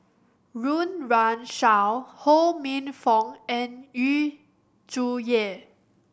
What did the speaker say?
Run Run Shaw Ho Minfong and Yu Zhuye